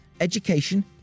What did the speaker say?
education